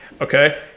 Okay